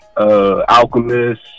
Alchemist